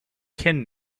kin